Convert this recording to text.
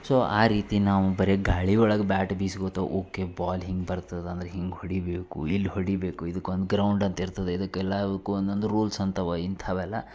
so ಆ ರೀತಿ ನಾವು ಬರೀ ಗಾಳಿ ಒಳಗೆ ಬ್ಯಾಟ್ ಬೀಸ್ಕೋತ ಓಕೆ ಬಾಲ್ ಹೀಗ್ ಬರ್ತದೆ ಅಂದ್ರೆ ಹೀಗ್ ಹೊಡಿಬೇಕು ಇಲ್ಲಿ ಹೊಡಿಬೇಕು ಇದ್ಕೊಂದು ಗ್ರೌಂಡ್ ಅಂತ ಇರ್ತದೆ ಇದಕ್ಕೆ ಎಲ್ಲಾದಕ್ಕೆ ಒಂದೊಂದು ರೂಲ್ಸ್ ಅಂತ ಅವಾ ಇಂಥವೆಲ್ಲ